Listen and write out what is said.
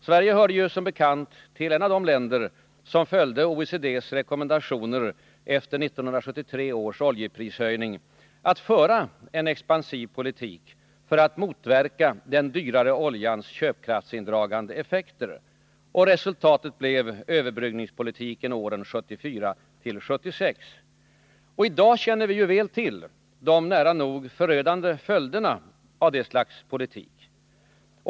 Sverige hörde som bekant till de länder som följde OECD:s rekommendation efter 1973 års oljeprishöjningar att föra en expansiv politik för att motverka den dyrare oljans köpkraftsindragande effekter. Resultatet blev överbryggningspolitiken åren 1974-1976. I dag känner vi ju väl till de nära nog förödande följderna av detta slags politik.